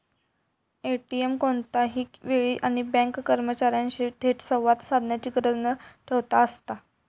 ATM कोणत्याही वेळी आणि बँक कर्मचार्यांशी थेट संवाद साधण्याची गरज न ठेवता असता